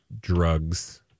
drugs